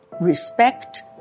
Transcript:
respect